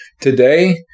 Today